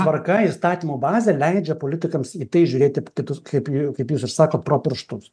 tvarka įstatymų bazė leidžia politikams į tai žiūrėti kitus kaip į kaip jūs ir sakot pro pirštus